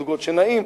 זוגות שנעים.